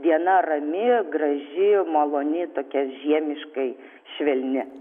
diena rami graži maloni tokia žiemiškai švelni